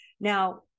Now